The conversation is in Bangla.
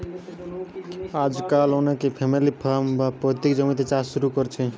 আজকাল অনেকে ফ্যামিলি ফার্ম, বা পৈতৃক জমিতে চাষ শুরু কোরছে